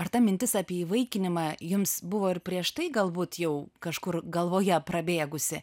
ar ta mintis apie įvaikinimą jums buvo ir prieš tai galbūt jau kažkur galvoje prabėgusi